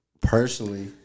personally